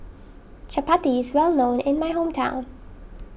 Chapati is well known in my hometown